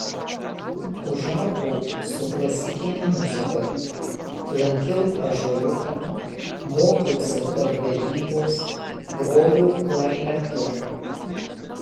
užaugau su klasikine muzika lankiau ąžuoliuką mokiausi chorvedybos grojau klarnetu